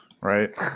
right